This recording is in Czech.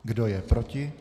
Kdo je proti?